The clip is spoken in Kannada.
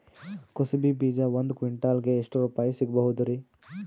ಕುಸಬಿ ಬೀಜ ಒಂದ್ ಕ್ವಿಂಟಾಲ್ ಗೆ ಎಷ್ಟುರುಪಾಯಿ ಸಿಗಬಹುದುರೀ?